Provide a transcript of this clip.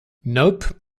nope